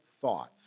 thoughts